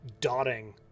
dotting